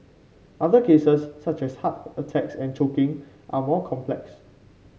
other cases such as heart attacks and choking are more complex